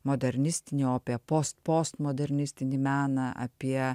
modernistinį o apie post postmodernistinį meną apie